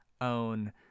own